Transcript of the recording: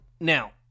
Now